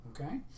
okay